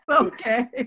okay